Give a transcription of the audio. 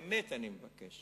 באמת אני מבקש,